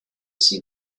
see